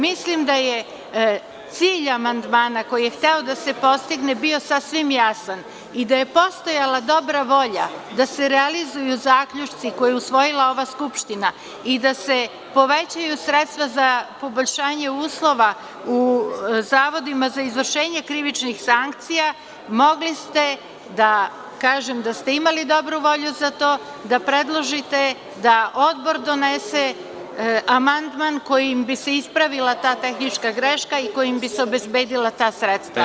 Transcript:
Mislim da je cilj amandmana koji je hteo da se postigne bio sasvim jasan i da je postojala dobra volja da se realizuju zaključci koje je usvojila ova Skupština i da se povećaju sredstva za poboljšanje uslova u zavodima za izvršenje krivičnih sankcija, mogli ste, da ste imali dobru volju za to da predložite da Odbor donese amandman kojim bi se ispravila ta tehnička greška i kojim bi se obezbedila ta sredstva.